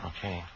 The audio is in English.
Okay